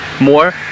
more